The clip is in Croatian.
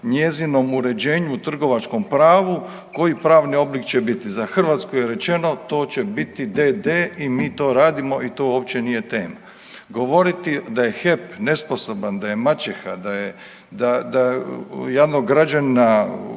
njezinom uređenju o trgovačkom pravu koji pravni oblik će biti. Za Hrvatsku je rečeno to će biti d.d. i mi to radimo i to uopće nije tema. Govoriti da je HEP nesposoban, da je maćeha, da javnog građanina